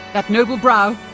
that noble brow,